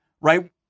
right